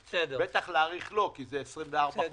בטח להאריך לא, כי זה 24 חודש.